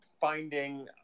finding